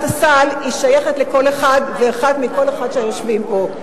הסל שייכת לכל אחד ואחד מהיושבים פה.